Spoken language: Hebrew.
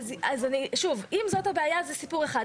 אם זאת הבעיה, זה סיפור אחד.